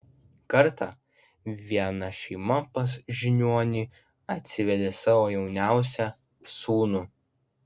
kartą viena šeima pas žiniuonį atsivedė savo jauniausią sūnų